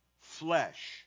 flesh